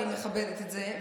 אני מכבדת את זה,